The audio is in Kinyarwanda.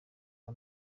ubu